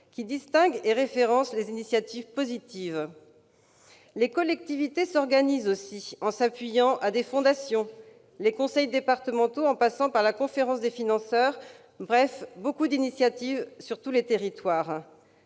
qui distinguent et référencent les initiatives positives. Les collectivités s'organisent aussi en s'appuyant sur des fondations ; des conseils départementaux à la conférence des financeurs, beaucoup d'initiatives se font jour, sur tous les territoires.